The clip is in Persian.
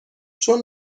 چون